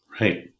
Right